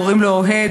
קוראים לו אוהֵד,